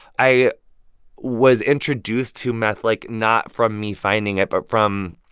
i was introduced to meth, like, not from me finding it, but from,